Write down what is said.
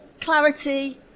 Clarity